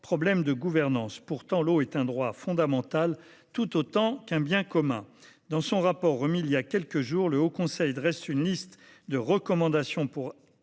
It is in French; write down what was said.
problèmes de gouvernance… Pourtant, l’eau est un droit fondamental, tout autant qu’un bien commun. Dans son rapport remis il y a quelques jours, le Haut Conseil pour le climat dresse une liste de recommandations pour